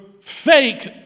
fake